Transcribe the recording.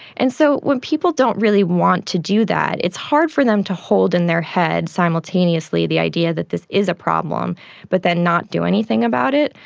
and so when people don't really want to do that, it's hard to them to hold in their head simultaneously the idea that this is a problem but then not do anything about it.